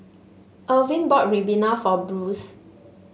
Irvin bought ribena for Bruce